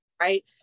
Right